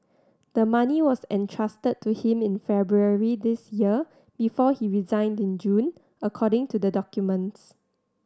the money was entrusted to him in February this year before he resigned in June according to the documents